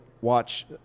watch